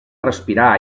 respirar